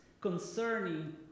concerning